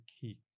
key